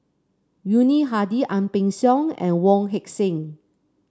Yuni Hadi Ang Peng Siong and Wong Heck Sing